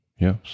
Yes